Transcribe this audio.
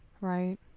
right